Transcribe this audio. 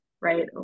right